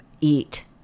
eat